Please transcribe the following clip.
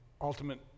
ultimate